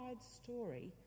story